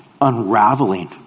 unraveling